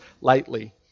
lightly